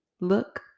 look